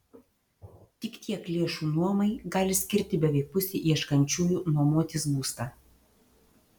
tik tiek lėšų nuomai gali skirti beveik pusė ieškančiųjų nuomotis būstą